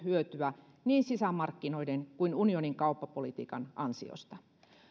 hyötyä niin sisämarkkinoiden kuin unionin kauppapolitiikan ansiosta